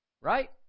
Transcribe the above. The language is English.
Right